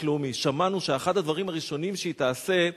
לאומי: שמענו שאחד הדברים הראשונים שהיא תעשה,